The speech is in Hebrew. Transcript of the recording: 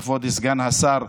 כבוד סגן השר,